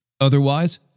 Otherwise